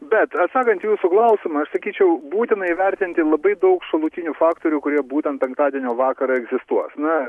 bet atsakant į jūsų klausimą aš sakyčiau būtina įvertinti labai daug šalutinių faktorių kurie būtent penktadienio vakarą egzistuos na